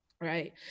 Right